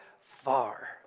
far